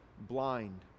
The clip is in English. blind